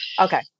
Okay